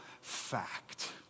fact